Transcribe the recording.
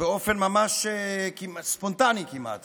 באופן ממש ספונטני כמעט